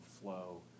flow